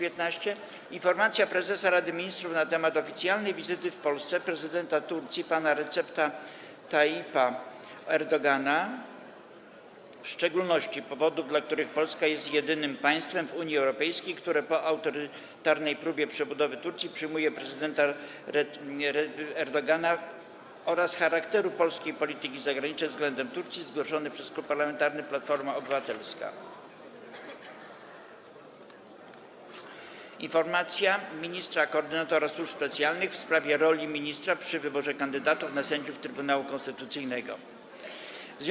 Informacja prezesa Rady Ministrów na temat oficjalnej wizyty w Polsce prezydenta Turcji pana Recepa Tayyipa Erdogana, w szczególności powodów, dla których Polska jest jedynym państwem w Unii Europejskiej, które po autorytarnej próbie przebudowy Turcji przyjmuje prezydenta Erdogana, oraz charakteru polskiej polityki zagranicznej względem Turcji, zgłoszony przez Klub Parlamentarny Platforma Obywatelska, - Informacja ministra - koordynatora służb specjalnych w sprawie roli ministra przy wyborze kandydatów na sędziów Trybunału Konstytucyjnego, zgłoszony przez Klub Poselski Nowoczesna.